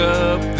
up